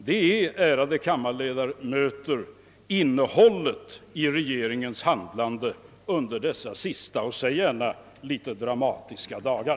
Det är, ärade kammarledamöter, innehållet i regeringens handlande under dessa senaste, säg gärna litet dramatiska dagar.